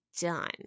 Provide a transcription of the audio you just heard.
done